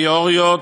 תיאוריות,